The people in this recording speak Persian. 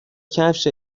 کفش